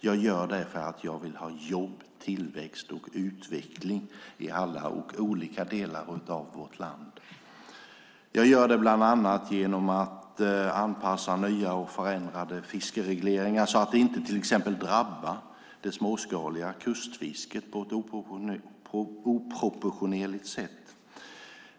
Jag gör det därför att jag vill ha jobb, tillväxt och utveckling i alla delar i vårt land, bland annat genom att anpassa nya och förändrade fiskeregleringar så att de till exempel inte oproportionerligt drabbar det småskaliga kustfisket.